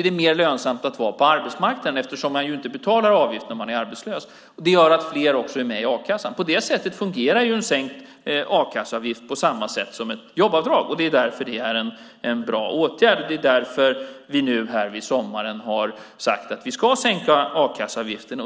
blir mer lönsamt att vara på arbetsmarknaden - detta eftersom man ju inte betalar avgift om man är arbetslös. Det gör att fler också är med i a-kassan. På det sättet fungerar en sänkt a-kasseavgift på samma sätt som ett jobbskatteavdrag, och därför är det en bra åtgärd. Därför har vi också sagt att vi nu framåt sommaren ska sänka a-kasseavgiften.